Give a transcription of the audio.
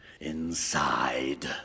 inside